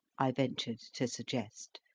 i ventured to suggest.